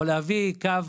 או להביא קו,